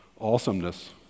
awesomeness